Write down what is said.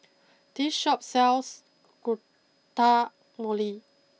this Shop sells Guacamole